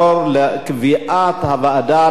תעבור לקביעת הוועדה,